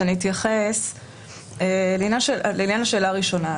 לעניין השאלה הראשונה,